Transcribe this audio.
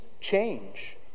change